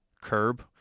curb